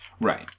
Right